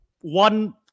one